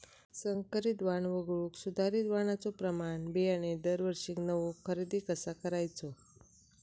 संकरित वाण वगळुक सुधारित वाणाचो प्रमाण बियाणे दरवर्षीक नवो खरेदी कसा करायचो?